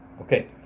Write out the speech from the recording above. Okay